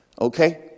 Okay